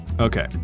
Okay